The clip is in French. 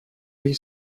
lit